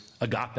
Agape